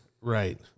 Right